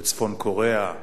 בצפון-קוריאה,